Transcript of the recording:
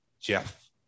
Jeff